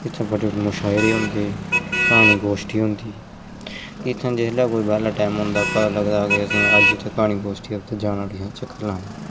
इत्थैं बड्डे बड्डे मुशायरे होंदे क्हानी गोश्ठी होंदी इत्थें जिसलै कोई वैल्ला टैमा होंदा पता लगदा के असें अज उत्थें क्हानी गोश्ठी ऐ उत्थै जाना उठी ऐ चक्कर लान